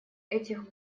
этих